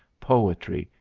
poetry,